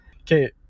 Okay